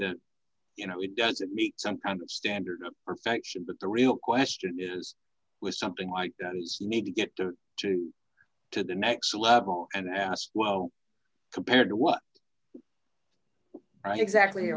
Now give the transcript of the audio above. that you know it doesn't meet some kind of standard of perfection but the real question is was something like that you need to get to to to the next level and ask well compared to what exactly